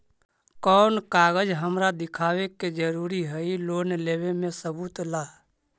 कौन कागज हमरा दिखावे के जरूरी हई लोन लेवे में सबूत ला?